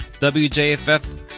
WJFF